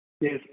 Yes